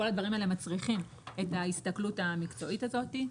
הדברים האלה מצריכים את ההסתכלות המקצועית הזאת.